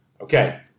Okay